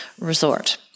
resort